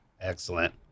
Excellent